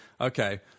Okay